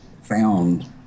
found